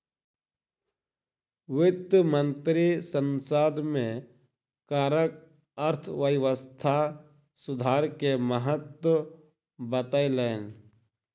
वित्त मंत्री संसद में करक अर्थव्यवस्था सुधार के महत्त्व बतौलैन